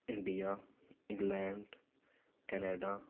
India England Canada